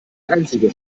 einzige